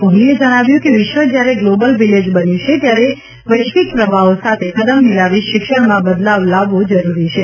કોહલીએ જણાવ્યું હતું કે વિશ્વ જ્યારે ગ્લોબલ વિલેજ બન્યું છે ત્યારે વૈશ્વિક પ્રવાહો સાથે કદમ મિલાવી શિક્ષણમાં બદલાવ લાવવો જરૂરી છે